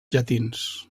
llatins